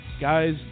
guys